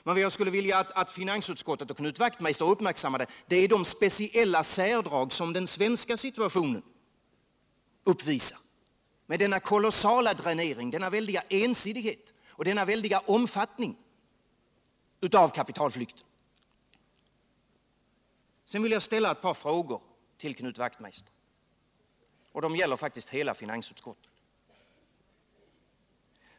Men vad jag skulle vilja att finansutskottet och Knut Wachtmeister uppmärksammade är de speciella särdrag som den svenska situationen uppvisar med denna kolossala dränering, denna väldiga ensidighet och denna väldiga omfattning av kapitalflykten. Sedan vill jag ställa ett par frågor till Knut Wachtmeister, och de gäller faktiskt hela finansutskottet.